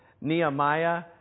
Nehemiah